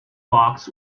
box